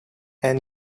and